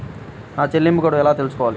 నా చెల్లింపు గడువు ఎలా తెలుసుకోవాలి?